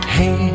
Hey